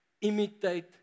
imitate